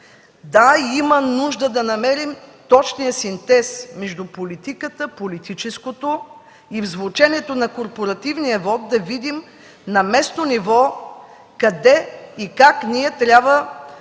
да, има нужда да намерим точния синтез между политиката, политическото и в звученето на корпоративния вот да видим на местно ниво къде и как ние трябва да